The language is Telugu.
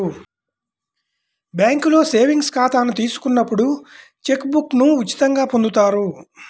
బ్యేంకులో సేవింగ్స్ ఖాతాను తీసుకున్నప్పుడు చెక్ బుక్ను ఉచితంగా పొందుతారు